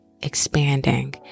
expanding